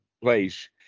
place